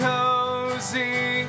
Cozy